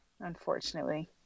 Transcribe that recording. Unfortunately